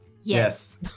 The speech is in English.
Yes